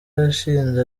yashinze